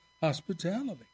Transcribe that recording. hospitality